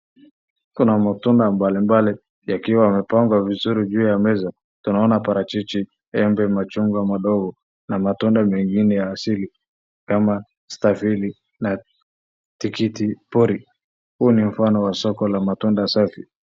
Kuna matunda mbalimbali yakiwa yamepangwa vizuri juu ya meza. Tunaona parachichi, embe, machungwa madogo na matunda mengine ya asili kama stafili na tikiti pori. Huu ni mfano wa soko la matunda safi.